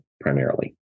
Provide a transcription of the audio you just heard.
primarily